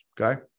Okay